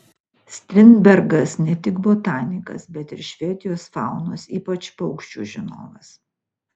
strindbergas ne tik botanikas bet ir švedijos faunos ypač paukščių žinovas